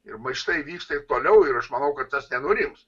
ir maištai vyksta toliau ir aš manau kad tas nenurims